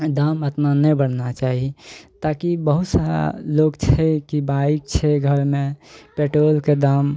दाम एतना नहि बढ़ना चाही ताकि बहुत सारा लोक छै कि बाइक छै घरमे पेट्रोलके दाम